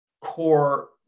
core